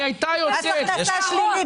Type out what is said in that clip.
מס הכנסה שלילי.